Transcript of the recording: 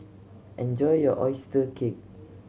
enjoy your oyster cake